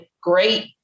great